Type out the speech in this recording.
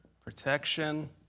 protection